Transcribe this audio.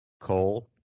coal